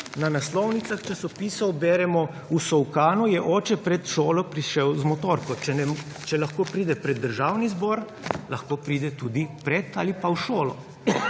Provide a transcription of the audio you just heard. na naslovnicah časopisov beremo – v Solkanu je oče pred šolo prišel z motorko. Če lahko pride pred Državni zbor, lahko pride tudi pred ali pa v šolo.